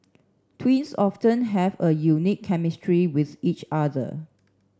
twins often have a unique chemistry with each other